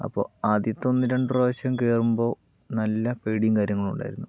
അപ്പോൾ ആദ്യത്തെ ഒന്ന് രണ്ട് പ്രാവശ്യം കേറുമ്പോൾ നല്ല പേടിയും കാര്യങ്ങളും ഉണ്ടായിരുന്നു